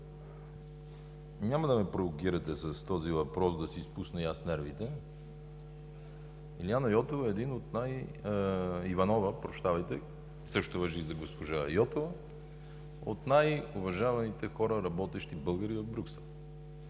Няма да ме провокирате с този въпрос да си изпусна и аз нервите! Илиана Йотова е един от – Иванова, прощавайте, същото важи и за госпожа Йотова, от най-уважаваните хора, българи, работещи